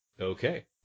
Okay